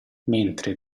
mentre